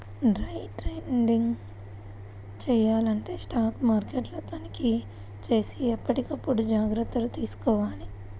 day trading చెయ్యాలంటే stock మార్కెట్ని తనిఖీచేసి ఎప్పటికప్పుడు జాగర్తలు తీసుకోవాలి